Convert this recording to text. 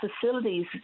facilities